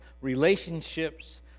relationships